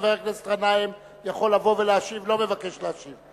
חבר הכנסת גנאים יכול לבוא ולהשיב, לא מבקש להשיב.